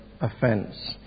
offence